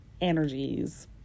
energies